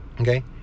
Okay